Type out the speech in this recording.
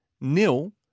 nil